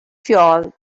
fuel